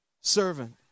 servant